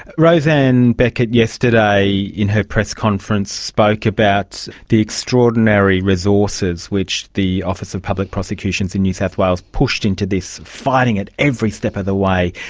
roseanne beckett yesterday in her press conference spoke about the extraordinary resources which the office of public prosecutions in new south wales pushed into this, fighting it every step of the way,